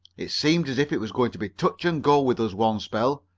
it seemed as if it was going to be touch and go with us one spell.